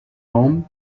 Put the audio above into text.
home